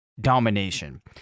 domination